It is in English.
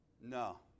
No